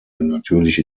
natürliche